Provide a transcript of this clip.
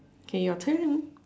K your turn